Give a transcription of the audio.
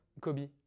Kobe